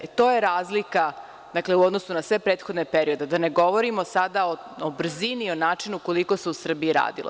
To je razlika u odnosu na sve prethodne periode, da ne govorimo sada o brzini, o načinu koliko se u Srbiji radilo.